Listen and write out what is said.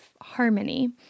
harmony